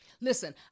Listen